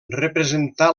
representà